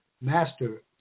master